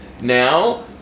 now